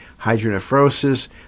hydronephrosis